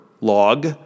log